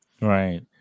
Right